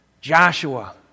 Joshua